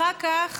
אחר כך